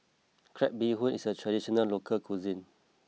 Crab Bee Hoon is a traditional local cuisine